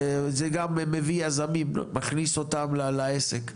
וזה גם מביא יזמים, מכניס אותם לעסק.